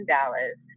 Dallas